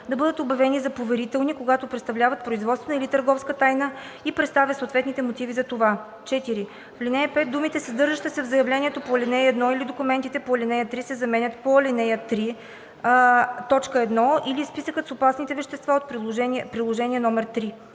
да бъдат обявени за поверителни, когато представляват производствена или търговска тайна, и представя съответните мотиви за това.“ 4. В ал. 5 думите „съдържаща се в заявлението по ал. 1 или документите по ал. 3“ се заменят с „по ал. 3, т. 1 или списъкът с опасните вещества от приложение № 3“.